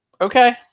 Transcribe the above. okay